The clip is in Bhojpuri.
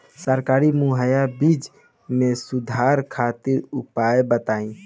सरकारी मुहैया बीज में सुधार खातिर उपाय बताई?